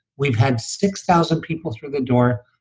we've had six thousand people through the door,